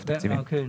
עם כל הכבוד,